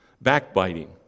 Backbiting